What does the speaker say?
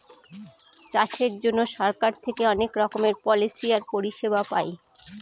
চাষের জন্য সরকার থেকে অনেক রকমের পলিসি আর পরিষেবা পায়